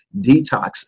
detox